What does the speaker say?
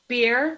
Beer